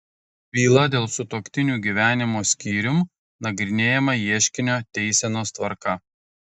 byla dėl sutuoktinių gyvenimo skyrium nagrinėjama ieškinio teisenos tvarka